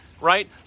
right